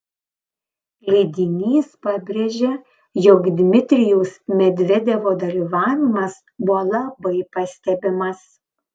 leidinys pabrėžia jog dmitrijaus medvedevo dalyvavimas buvo labai pastebimas